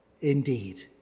Indeed